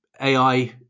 AI